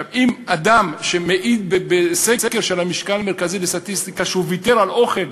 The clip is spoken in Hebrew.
אם אדם שמעיד בסקר של הלשכה המרכזית לסטטיסטיקה שהוא ויתר על אוכל